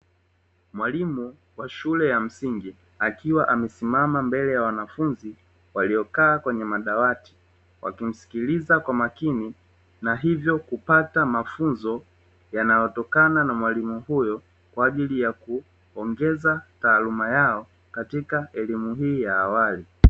Mwalimu wa shule ya msingi akiwa amesimama mbele ya wanafunzi waliyokaa kwenye madawati, wakimsikiliza kwa makini na hivyo kupata mafunzo yanayotokana na mwalimu huyo kwa ajili ya kuongeza taaluma yao katika elimu hii ya awali.